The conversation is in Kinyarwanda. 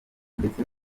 ndetse